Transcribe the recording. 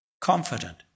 confident